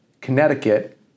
Connecticut